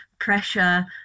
Pressure